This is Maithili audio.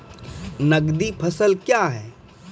नगदी फसल क्या हैं?